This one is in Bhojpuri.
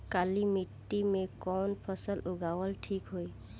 काली मिट्टी में कवन फसल उगावल ठीक होई?